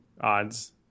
Odds